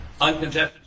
Uncontested